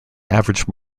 averaged